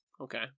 Okay